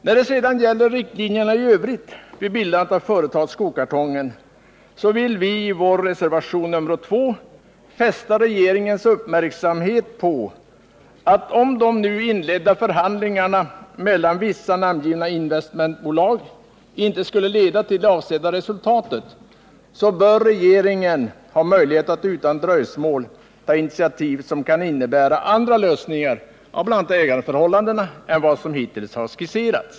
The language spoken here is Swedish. När det sedan gäller riktlinjerna i övrigt vid bildandet av företaget Skokartongen, vill vi i vår reservation 2 fästa regeringens uppmärksamhet på att om de nu inledda förhandlingarna mellan vissa namngivna investmentbolag inte skulle leda till det avsedda resultatet, så bör regeringen ha möjlighet att utan dröjsmål ta initiativ som kan innebära andra lösningar av bl.a. ägarförhållandena än vad som hittills har skisserats.